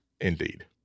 Indeed